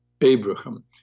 Abraham